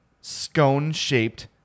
scone-shaped